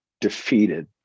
defeated